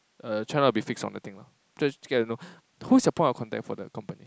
err try not to be fix on the thing lah just get to know who's your point of contact for the company